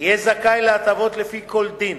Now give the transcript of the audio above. יהיה זכאי להטבות לפי כל דין